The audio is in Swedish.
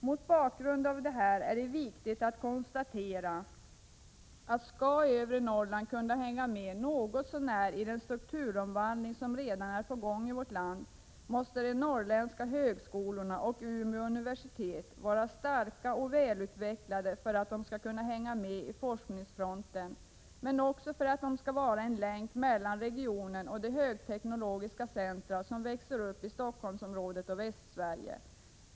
Mot bakgrund av detta är det viktigt att konstatera att om övre Norrland något så när skall kunna hänga med i den strukturomvandling som redan är på gång i vårt land, måste de norrländska högskolorna och Umeå universitet vara starka och välutvecklade för att dels kunna hänga med vid forskningsfronten, dels vara en länk mellan regionen och de högteknologiska centrum som växer upp i Stockholmsområdet och Västsverige.